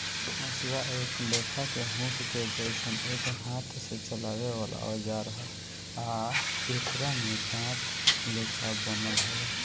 हसुआ एक लेखा के हुक के जइसन एक हाथ से चलावे वाला औजार ह आ एकरा में दांत लेखा बनल होला